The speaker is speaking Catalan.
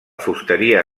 fusteria